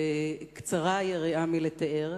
וקצרה היריעה מלתאר.